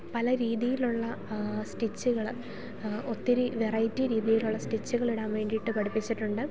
പല രീതിയിലുള്ള സ്റ്റിച്ചുകൾ ഒത്തിരി വെറൈറ്റി രീതിയിലുള്ള സ്റ്റിച്ചുകൾ ഇടാൻ വേണ്ടിയിട്ട് പഠിപ്പിച്ചിട്ടുണ്ട്